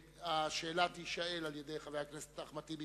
השאלה תישאל על-ידי חבר הכנסת אחמד טיבי,